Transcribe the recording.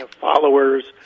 followers